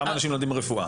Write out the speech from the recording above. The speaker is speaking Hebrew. כמה אנשים לומדים רפואה?